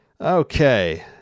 Okay